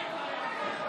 הנפת דגל של